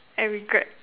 I regret